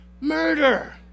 murder